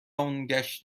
ﮔﺸﺘﯿﻢ